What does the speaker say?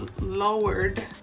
lowered